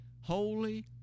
holy